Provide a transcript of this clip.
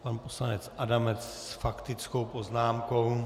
Pan poslanec Adamec s faktickou poznámkou.